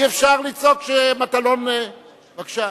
אי-אפשר לצעוק כשמטלון, בבקשה.